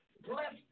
Bless